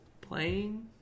playing